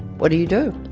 what do you do?